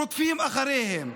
רודפים אחריהם.